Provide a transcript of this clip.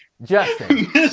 Justin